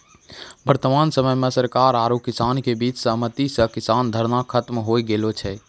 वर्तमान समय मॅ सरकार आरो किसान के बीच सहमति स किसान धरना खत्म होय गेलो छै